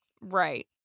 Right